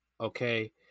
okay